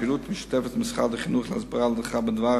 פעילות משותפת עם משרד החינוך להסברה ולהדרכה בדבר